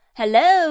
hello